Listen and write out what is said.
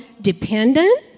dependent